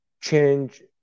change